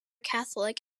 catholic